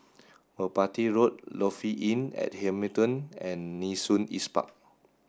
Merpati Road Lofi Inn at Hamilton and Nee Soon East Park